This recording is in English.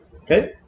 Okay